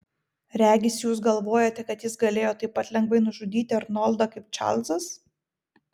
regis jūs galvojate kad jis galėjo taip pat lengvai nužudyti arnoldą kaip čarlzas